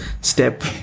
step